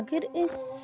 اگر أسۍ